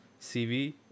CV